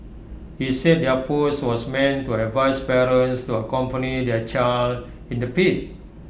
he said their post was meant to advise parents to accompany their child in the pit